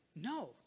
no